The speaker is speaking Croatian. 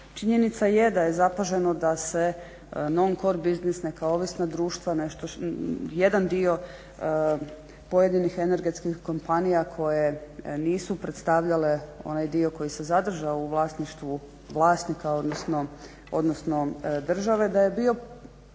Činjenica je da je zapaženo da se non-core biznis neka ovisna društva nešto jedan dio pojedinih energetskih kompanija koje nisu predstavljale onaj dio koji se zadržao u vlasništvu vlasnika odnosno države da je bio